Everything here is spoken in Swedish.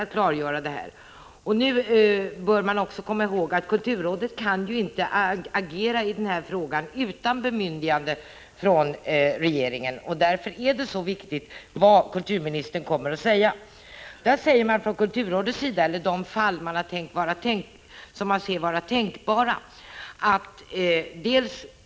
Man bör också hålla i minnet att kulturrådet inte kan agera utan bemyndigande från regeringen, och därför är det viktigt vad kulturministern kommer att säga. Kulturrådet har tre tänkbara utvägar.